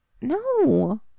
No